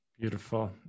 Beautiful